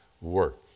work